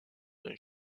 d’un